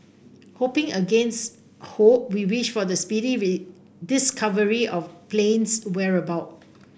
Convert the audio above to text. hoping against hope we wish for the speedy discovery of plane's whereabouts